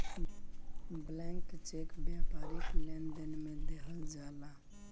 blank cheque व्यापारिक लेनदेन में देहल जाला